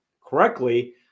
correctly